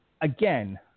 again